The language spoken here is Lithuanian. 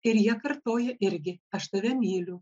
ir jie kartoja irgi aš tave myliu